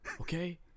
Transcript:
okay